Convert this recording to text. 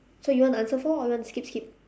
so you want the answer four or you want to skip skip